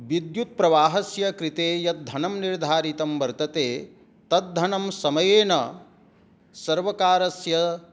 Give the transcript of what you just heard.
विद्युत् प्रवाहस्य कृते यद् धनं निर्धारितं वर्तते तद् धनं समयेन सर्वकारस्य